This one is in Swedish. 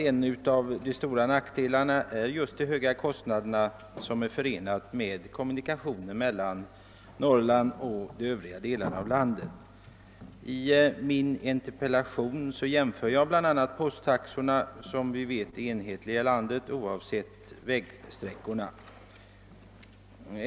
En av de stora nackdelarna är just de höga kostnader som är förenade med kommunikationer mellan Norrland och de övriga delarna av landet. I min interpellation jämför jag bl.a. med posttaxorna, som är enhetliga i landet oavsett vägsträcka.